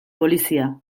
polizia